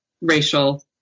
racial